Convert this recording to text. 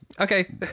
Okay